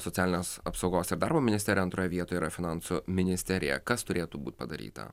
socialinės apsaugos ir darbo ministerija antroje vietoje yra finansų ministerija kas turėtų būt padaryta